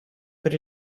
per